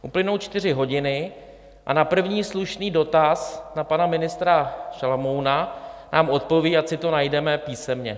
Uplynou čtyři hodiny a na první slušný dotaz na pana ministra Šalomouna nám odpoví, ať si to najdeme písemně.